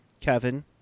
Kevin